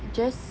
just